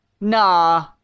nah